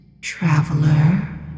traveler